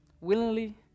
willingly